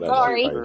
Sorry